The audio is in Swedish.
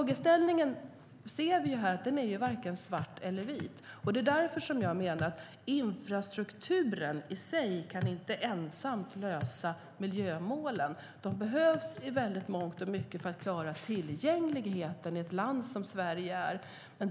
Detta är varken svart eller vitt. Därför menar jag att infrastrukturen i sig inte ensam kan lösa miljömålen. Infrastrukturen behövs för att klara tillgängligheten i ett land som Sverige.